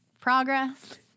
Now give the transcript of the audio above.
progress